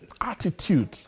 Attitude